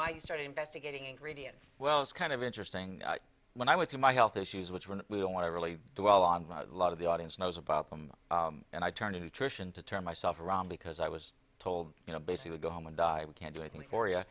my you started investigating ingredients well it's kind of interesting when i went to my health issues which we don't want to really dwell on a lot of the audience knows about them and i turned attrition to turn myself around because i was told you know basically go home and die we can't do anything for you